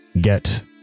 get